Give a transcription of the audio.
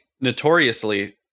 notoriously